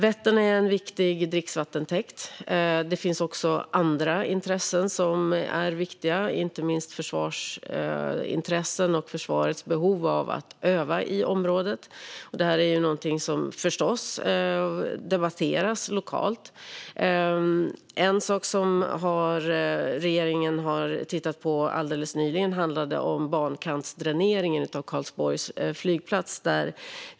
Vättern är en viktig dricksvattentäkt. Det finns också andra viktiga intressen, inte minst försvarsintressen och försvarets behov av att öva i området. Det är förstås något som debatteras lokalt. En sak som regeringen har tittat på alldeles nyligen är bankantsdräneringen av Karlsborgs flygplats.